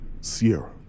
Sierra